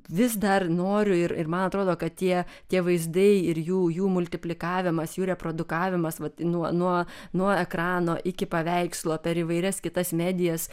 vis dar noriu ir ir man atrodo kad tie tie vaizdai ir jų jų multiplikavimas jų reprodukavimas vat nuo nuo nuo ekrano iki paveikslo per įvairias kitas medijas